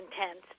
intense